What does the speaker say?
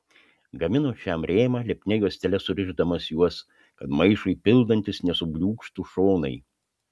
gamino šiam rėmą lipnia juostele surišdamas juos kad maišui pildantis nesubliūkštų šonai